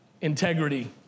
integrity